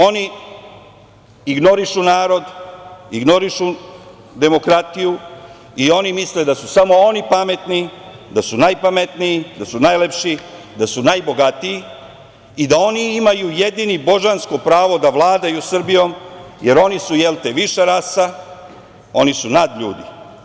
Oni ignorišu narod, ignorišu demokratiju i oni misle da su samo oni pametni, da su najpametniji, da su najlepši, da su najbogatiji i da oni imaju jedini božansko pravo da vladaju Srbijom, jer oni su, jel te, viša rasa, oni su nadljudi.